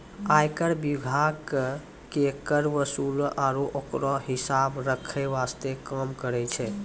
आयकर विभाग कर के वसूले आरू ओकरो हिसाब रख्खै वास्ते काम करै छै